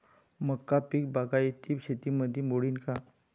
मका पीक बागायती शेतीमंदी मोडीन का?